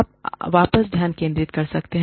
आप वापस ध्यान केंद्रित कर सकते हैं